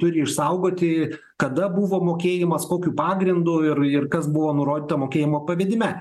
turi išsaugoti kada buvo mokėjimas kokiu pagrindu ir ir kas buvo nurodyta mokėjimo pavedime